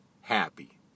happy